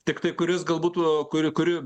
tiktai kuris galbūt tų kuri kuri